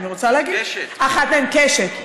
אחת מהן, קשת.